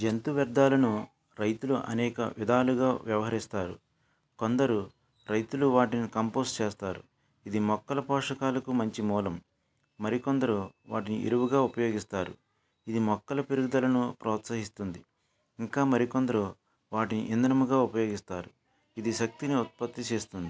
జంతు వ్యర్ధాలను రైతులు అనేక విధాలుగా వ్యవహరిస్తారు కొందరు రైతులు వాటిని కంపోస్ట్ చేస్తారు ఇది మొక్కల పోషకాలకు మంచి మూలం మరి కొందరు వాటిని ఎరువుగా ఉపయోగిస్తారు ఇది మొక్కల పెరుగుదలను ప్రోత్సహిస్తుంది ఇంకా మరి కొందరు వాటిని ఇంధనముగా ఉపయోగిస్తారు ఇది శక్తిని ఉత్పక్తి చేస్తుంది